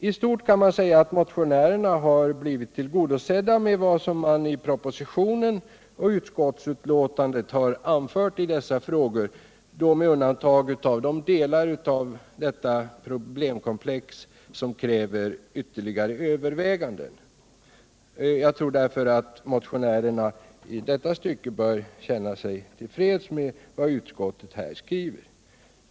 I stort sett kan man säga att motionärerna har blivit tillgodosedda med vad som i propositionen och utskottsbetänkandet har anförts i dessa frågor med undantag av de delar i problemkomplexet som kräver ytterligare överväganden. Jag tror därför att motionärerna i denna del bör kunna känna sig till freds med vad utskottet här skriver.